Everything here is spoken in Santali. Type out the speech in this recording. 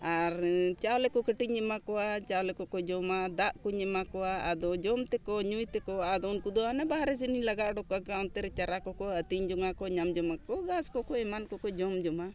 ᱟᱨ ᱪᱟᱣᱞᱮ ᱠᱚ ᱠᱟᱹᱴᱤᱡ ᱤᱧ ᱮᱢᱟ ᱠᱚᱣᱟ ᱪᱟᱣᱞᱮ ᱠᱚ ᱠᱚ ᱡᱚᱢᱟ ᱫᱟᱜ ᱠᱚᱧ ᱮᱢᱟ ᱠᱚᱣᱟ ᱟᱫᱚ ᱡᱚᱢ ᱛᱮᱠᱚ ᱧᱩᱭ ᱛᱮᱠᱚ ᱟᱫᱚ ᱩᱱᱠᱩ ᱫᱚ ᱚᱱᱮ ᱵᱟᱦᱨᱮ ᱥᱮᱫᱤᱧ ᱞᱟᱜᱟᱣ ᱩᱰᱩᱠᱚᱜᱼᱟ ᱚᱱᱛᱮᱨᱮ ᱪᱟᱨᱟ ᱠᱚᱠᱚ ᱟᱹᱛᱤᱧ ᱡᱚᱝᱟ ᱠᱚ ᱧᱟᱢ ᱡᱚᱢᱟ ᱠᱚ ᱜᱷᱟᱥ ᱠᱚᱠᱚ ᱮᱢᱟᱱ ᱠᱚᱠᱚ ᱡᱚᱢ ᱡᱚᱝᱟ